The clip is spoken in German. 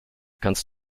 kannst